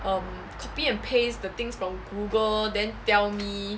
um copy and paste the things from google then tell me